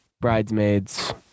Bridesmaids